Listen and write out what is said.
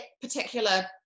particular